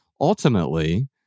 ultimately